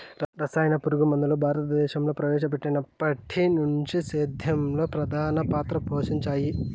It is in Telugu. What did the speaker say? రసాయన పురుగుమందులు భారతదేశంలో ప్రవేశపెట్టినప్పటి నుండి సేద్యంలో ప్రధాన పాత్ర పోషించాయి